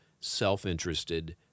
self-interested